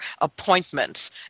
appointments